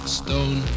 stone